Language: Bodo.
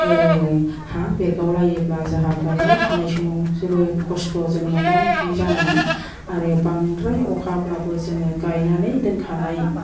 हा बेरगावलायोब्ला जोंहा गायनाय फुनाय समाव जोबोद खस्त'जों मोगा मोगि जानो आरो बांद्राय अखाब्लाबो जों गायनानै दोनखानाय